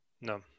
No